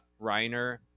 Reiner